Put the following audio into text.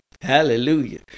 Hallelujah